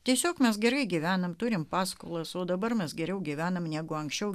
tiesiog mes gerai gyvename turime paskolas o dabar mes geriau gyvename negu anksčiau